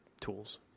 tools